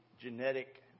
genetic